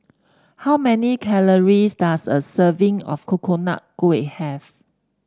how many calories does a serving of Coconut Kuih have